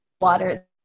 water